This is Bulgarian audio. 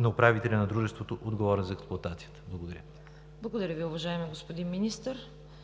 на управителя на дружеството, отговорен за експлоатацията. Благодаря Ви. ПРЕДСЕДАТЕЛ ЦВЕТА КАРАЯНЧЕВА: Благодаря Ви, уважаеми господин Министър.